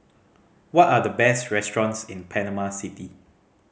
what are the best restaurants in Panama City